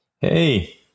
Hey